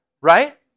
right